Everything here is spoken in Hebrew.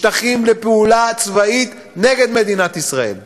לשטחים לפעולה צבאית נגד מדינת ישראל.